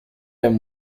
him